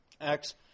Acts